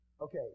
Okay